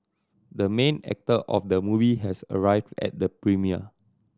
the main actor of the movie has arrived at the premiere